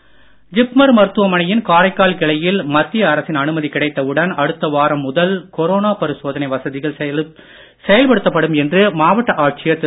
Karaikal with voice JIPMER மருத்துவமனையின் காரைக்கால் கிளையில் மத்திய அரசின் அனுமதி கிடைத்த உடன் அடுத்த வாரம் முதல் கொரோனா பரிசோதனை வசதிகள் செயல்படுத்தப்படும் என்று மாவட்ட ஆட்சியர் திரு